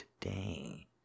Today